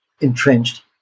entrenched